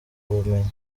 bumenyi